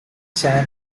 chan